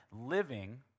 living